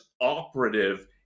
operative